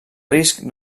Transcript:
risc